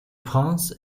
prince